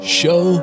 show